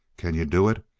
can you do it?